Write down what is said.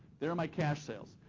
there are my cash sales.